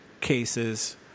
cases